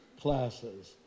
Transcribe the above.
classes